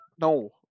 no